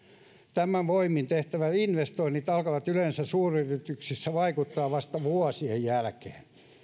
tämän voimin tehtävät investoinnit alkavat yleensä suuryrityksissä vaikuttaa vasta vuosien jälkeen